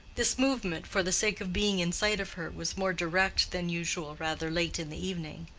this movement for the sake of being in sight of her was more direct than usual rather late in the evening,